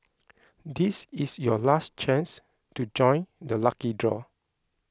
this is your last chance to join the lucky draw